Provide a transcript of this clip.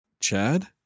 Chad